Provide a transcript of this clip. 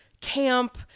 camp